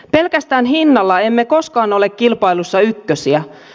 pelkästään hinnalla emme koskaan ole kilpailussa ykkösiä